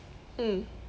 mm